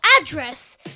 address